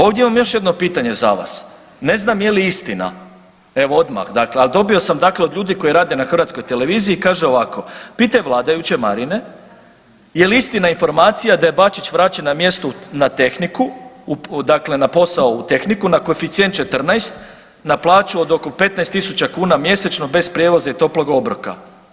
Ovdje imam još jedno pitanje za vas, ne znam je li istina, evo odmah, dakle, ali dobio sam dakle od ljudi koji rade na Hrvatskoj televiziji kaže ovako, pitaj vladajuće Marine, je li istina informacija da je Bačić vraćen na mjesto na tehniku, dakle na posao u tehniku, na koeficijent 14, na plaću od oko 15 000 kuna mjesečno bez prijevoza i toplog obroka.